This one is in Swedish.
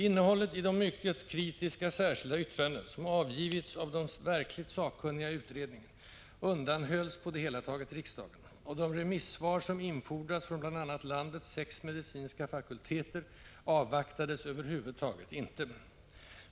Innehållet i de mycket kritiska särskilda yttranden, som avgivits av de verkligt sakkunniga i utredningen, undanhölls på det hela taget riksdagen, och de remissvar som infordrats från bl.a. landets sex medicinska fakulteter avvaktades över huvud taget inte.